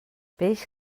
peix